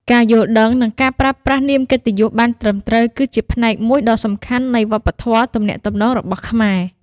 ការយល់ដឹង និងការប្រើប្រាស់នាមកិត្តិយសបានត្រឹមត្រូវ គឺជាផ្នែកមួយដ៏សំខាន់នៃវប្បធម៌ទំនាក់ទំនងរបស់ខ្មែរ។